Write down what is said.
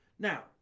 Now